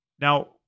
Now